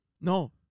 No